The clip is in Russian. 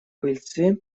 пыльцы